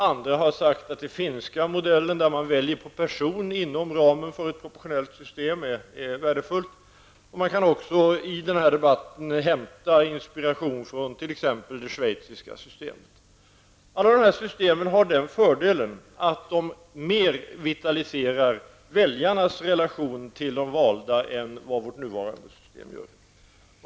Andra har sagt att den finska modellen, där man röstar på person inom ramen för ett proportionellt system, är värdefullt. Vi kan också i den här debatten hämta inspiration från t.ex. det schweiziska systemet. Alla de här systemen har den fördelen att de mer vitaliserar väljarnas relation till de valda än vad vårt nuvarande system gör.